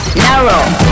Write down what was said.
narrow